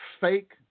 fake